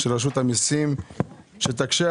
של הבאבא